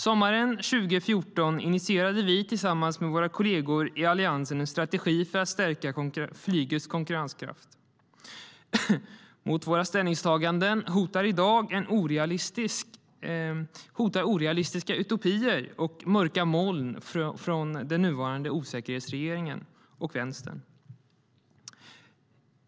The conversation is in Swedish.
Sommaren 2014 initierade vi tillsammans med våra kolleger i Alliansen en strategi för att stärka flygets konkurrenskraft. Mot våra ställningstaganden står i dag hot i form av orealistiska utopier och mörka moln från den nuvarande osäkerhetsregeringen och Vänstern.